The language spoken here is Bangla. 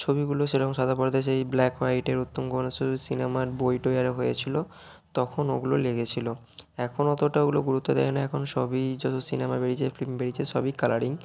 ছবিগুলো সেরকম সাদা পর্দায় সেই ব্ল্যাক হোয়াইটের উত্তম কুমারের শুধু সিনেমার বই টই আরে হয়েছিল তখন ওগুলো লেগেছিল এখন অতটা ওগুলো গুরুত্ব দেয় না এখন সবই যত সিনেমা বেরিয়েছে ফিল্ম বেরিয়েছে সবই কালারিং